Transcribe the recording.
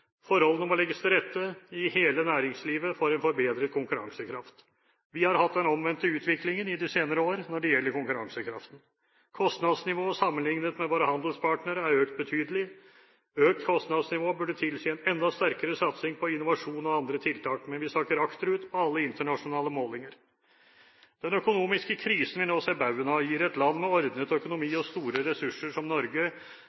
Forholdene må legges til rette i hele næringslivet for en forbedret konkurransekraft. Vi har hatt den omvendte utviklingen i de senere år når det gjelder konkurransekraften. Kostnadsnivået sammenliknet med våre handelspartnere er økt betydelig. Økt kostnadsnivå burde tilsi en enda sterkere satsing på innovasjon og andre tiltak, men vi sakker akterut på alle internasjonale målinger. Den økonomiske krisen vi nå ser baugen av, gir et land med ordnet